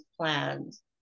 plans